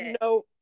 no